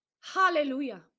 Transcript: Hallelujah